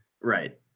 right